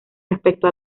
respecto